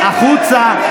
החוצה.